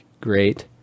great